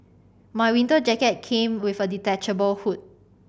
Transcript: my winter jacket came with a detachable hood